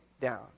down